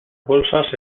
bolsas